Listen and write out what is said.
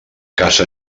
casa